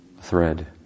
thread